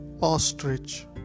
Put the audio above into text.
Ostrich